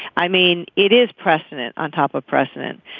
i mean it is precedent on top of precedent.